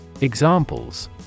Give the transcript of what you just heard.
Examples